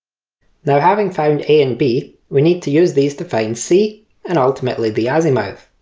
now having found a and b we need to use these to find c and ultimately the azimuth.